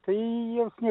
tai joms nieko